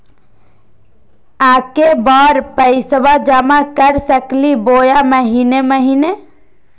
एके बार पैस्बा जमा कर सकली बोया महीने महीने?